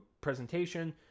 presentation